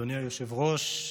אדוני היושב-ראש,